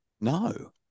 no